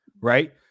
right